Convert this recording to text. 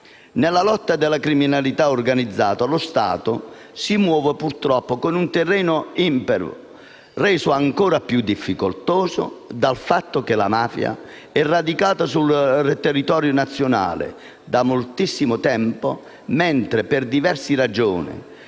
Nella lotta alla criminalità organizzata lo Stato si muove purtroppo su un terreno impervio, reso ancora più difficoltoso dal fatto che la mafia è radicata sul territorio nazionale da moltissimo tempo mentre, per diverse ragioni,